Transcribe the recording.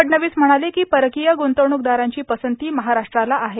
फडणवीस म्हणाले कों परकोंय ग्रंतवणुकदारांची पसंती महाराष्ट्राला आहे